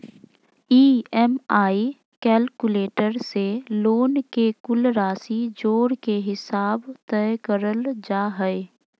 EMI calculator से loan के कुल राशि जोड़ के हिसाब तय करल जा हय